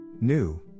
New